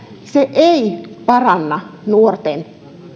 se ei paranna nuorten